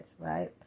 right